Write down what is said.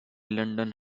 london